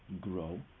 grow